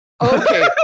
Okay